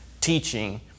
teaching